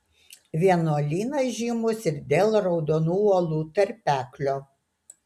vienuolynas žymus ir dėl raudonų uolų tarpeklio